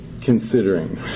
considering